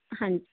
ਹਾਂਜੀ